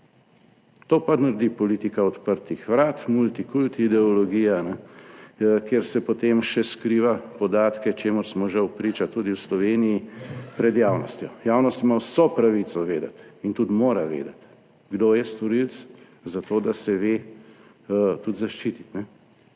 To pa naredi politika odprtih vrat, multikulti ideologija, kjer se potem še skriva podatke, čemur smo žal priča tudi v Sloveniji pred javnostjo. Javnost ima vso pravico vedeti in tudi mora vedeti kdo je storilec **8. TRAK: (NB) –